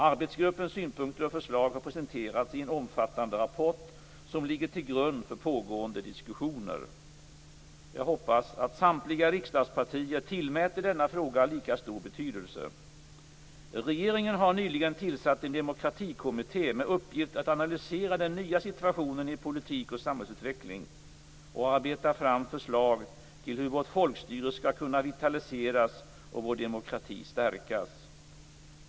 Arbetsgruppens synpunkter och förslag har presenterats i en omfattande rapport som ligger till grund för pågående diskussioner. Jag hoppas att samtliga riksdagspartier tillmäter denna fråga lika stor betydelse. Regeringen har nyligen tillsatt en demokratikommitté med uppgift att analysera den nya situationen i politik och samhällsutveckling och arbeta fram förslag om hur vårt folkstyre skall kunna vitaliseras och vår demokrati stärkas.